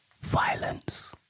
Violence